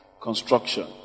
construction